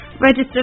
Register